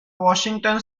washington